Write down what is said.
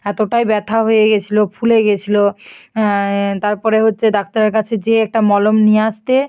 এতটাই ব্যথা হয়ে গিয়েছিল ফুলে গিয়েছিল তার পরে হচ্ছে ডাক্তারের কাছে যেয়ে একটা মলম নিয়ে আসতে